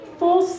full